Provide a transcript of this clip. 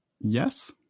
yes